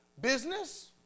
business